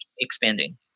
expanding